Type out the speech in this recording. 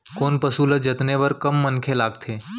कोन पसु ल जतने बर कम मनखे लागथे?